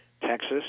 Texas